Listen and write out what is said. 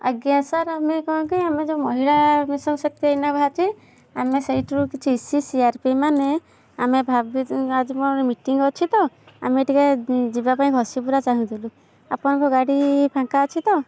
ଆଜ୍ଞା ସାର୍ ଆମେ କ'ଣ କି ଆମେ ଯେଉଁ ମହିଳା ମିଶନ ଶକ୍ତି ଏଇନା ବାହାରିଛି ଆମେ ସେଇଥିରୁ କିଛି E C C R P ମାନେ ଆମେ ଭାବି ଆଜି ମିଟିଂ ଅଛି ତ ଆମେ ଟିକେ ଯିବା ପାଇଁ ଘସିପୁରା ଚାହୁଁଥିଲୁ ଆପଣଙ୍କ ଗାଡ଼ି ଫାଙ୍କା ଅଛି ତ